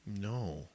No